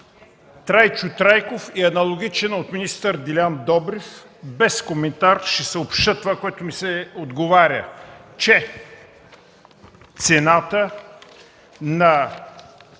Трайчо Трайков и аналогичен от министър Делян Добрев – без коментар ще съобщя това, което ми се отговаря, че цената на